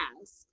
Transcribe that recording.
ask